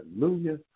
Hallelujah